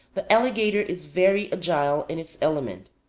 the alligator is very agile in its element.